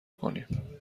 کنیم